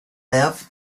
live